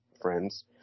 friends